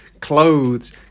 Clothes